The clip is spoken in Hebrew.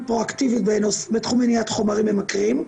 פרואקטיבית בתחום מניעת חומרים ממכרים.